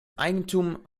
eigentum